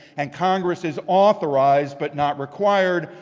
and congress is authorized, but not required,